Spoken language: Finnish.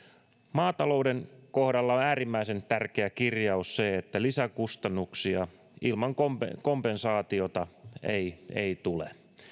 maatalouden kohdalla on äärimmäisen tärkeä kirjaus se että lisäkustannuksia ilman kompensaatiota ei ei tule